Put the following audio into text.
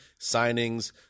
signings